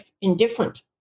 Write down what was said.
indifferent